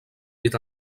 est